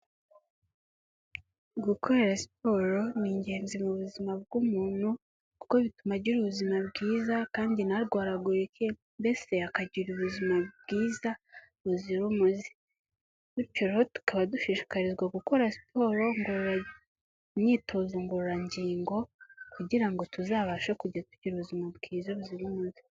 Gukora siporo ni ingenzi mu buzima bw'umuntu, kuko bituma umuntu agira ubuzima bwiza kandi ntarwaragurike mbese akagira ubuzima bwiza buzira umuze. Bityo rero tukaba dushishikarizwa gukora siporo ngorora imyitozo ngororangingo kugira ngo tuzabashe kujya tugira ubuzima bwiza buzira umuze.